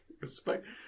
Respect